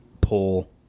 pull